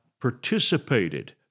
participated